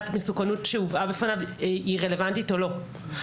מסוכנות שהובאה בפניו היא רלוונטית או לא.